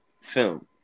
film